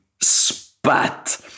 spat